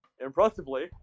Impressively